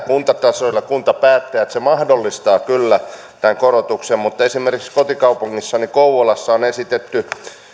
kuntatasoilla kuntapäättäjät mahdollistavat kyllä tämän korotuksen mutta esimerkiksi kotikaupungissani kouvolassa on esitetty